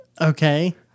okay